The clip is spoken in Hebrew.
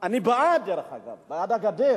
אני בעד, דרך אגב, בעד הגדר.